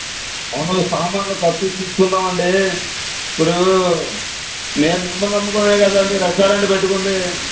అవును సామాన్లు కొత్తవి ఇప్పించుకుందామండి ఇప్పుడు నేన్ మిమ్మల్ని నమ్ముకొనే కదండి రెస్టారెంట్ పెట్టుకుంది